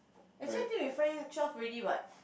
actually I think we find twelve already what